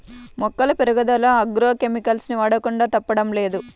మొక్కల పెరుగుదల agro chemicals ని వాడకుండా తప్పడం లేదు